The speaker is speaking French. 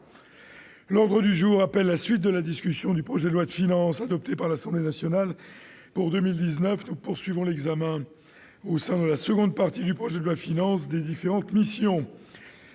L'ordre du jour appelle la suite de la discussion du projet de loi de finances pour 2019, Nous poursuivons l'examen, au sein de la seconde partie du projet de loi de finances, des différentes missions.